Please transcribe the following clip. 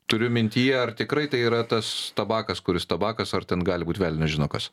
turiu mintyje ar tikrai tai yra tas tabakas kuris tabakas ar ten gali būt velnias žino kas